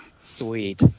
sweet